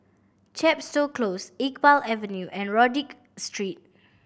Chepstow Close Iqbal Avenue and Rodyk Street